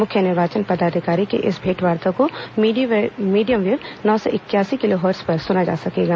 मुख्य निर्वाचन पदाधिकारी की इस भेंट वार्ता को मीडियम वेव नौ सौ इकयासी किलोहट्ज पर सुना जा सकेगा